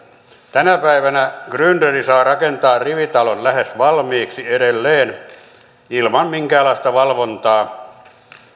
tänä päivänä grynderi saa rakentaa rivitalon lähes valmiiksi edelleen ilman minkäänlaista valvontaa